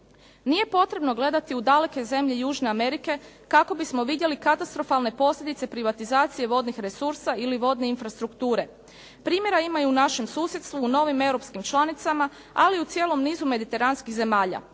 Nije potrebno gledati u daleke zemlje južne Amerike kako bismo vidjeli katastrofalne posljedice privatizacije vodnih resursa ili vodne infrastrukture. Primjera ima i u našem susjedstvu u novim europskim članicama, ali i u cijelom nizu mediteranskih zemalja.